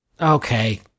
Okay